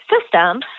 system